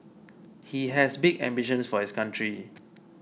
he has big ambitions for his country